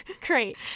Great